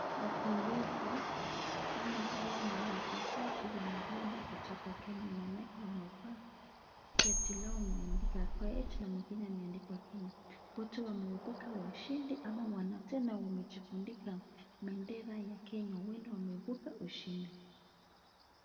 Wakimbizi, ama hawa ni wachezaji wanariadha kutoka Kenya, maanake wamefaa shati yao imeandikwa Koech na mwingine imeandikwa Kenya. Wote wameibuka washindi ama tena wamejifunika bendera ya Kenya huenda wameibuka washindi.